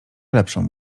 lepszą